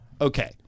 okay